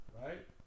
right